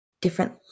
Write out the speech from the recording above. different